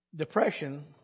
Depression